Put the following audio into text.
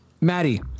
Maddie